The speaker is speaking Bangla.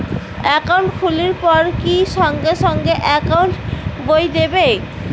একাউন্ট খুলির পর কি সঙ্গে সঙ্গে একাউন্ট বই দিবে?